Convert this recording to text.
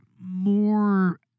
more